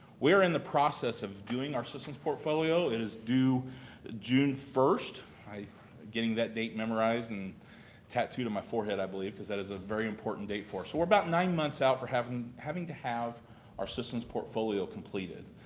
we are in the process of doing our assistance portfolio. it is due june first. i'm getting that date memorized and tattooed on my forehead i believe, because that is a very important date for us. so we're about nine months out for having having to have our assistance portfolio completed.